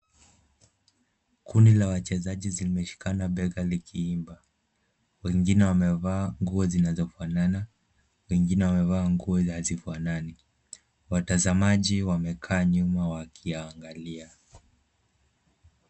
Kunda la wachezaji zimeshikana bega likiimba. Wengine wamevaa nguo zinazofanana. Wengine wamevaa nguo hazifanani. Watazamaji wamekaa nyuma wakiangalia.